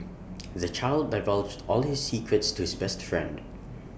the child divulged all his secrets to his best friend